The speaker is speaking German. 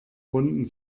runden